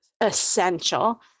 essential